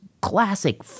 classic